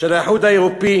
של האיחוד האירופי